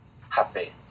happy